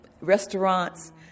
restaurants